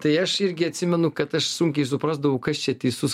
tai aš irgi atsimenu kad aš sunkiai suprasdavau kas čia teisus